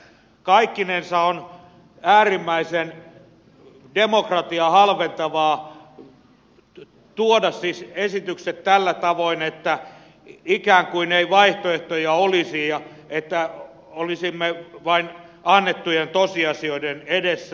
kaikkinensa on äärimmäisen demokratiaa halventavaa tuoda esitykset tällä tavoin ikään kuin vaihtoehtoja ei olisi ja olisimme vain annettujen tosiasioiden edessä